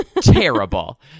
terrible